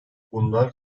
bunlar